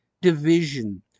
division